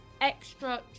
extra